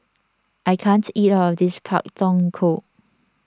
I can't eat all of this Pak Thong Ko